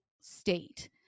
state